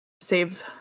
save